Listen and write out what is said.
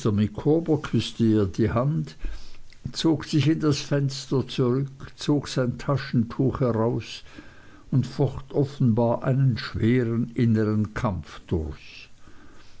die hand zog sich in das fenster zurück zog sein taschentuch heraus und focht offenbar einen schweren innern kampf